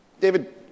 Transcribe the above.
David